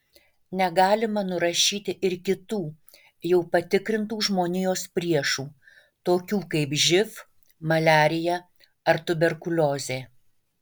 negalima nurašyti ir kitų jau patikrintų žmonijos priešų tokių kaip živ maliarija ar tuberkuliozė